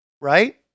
right